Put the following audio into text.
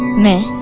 me,